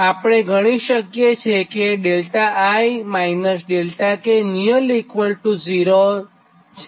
આપણે ગણી શકીએ કે δi δk ≈ 0